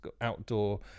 outdoor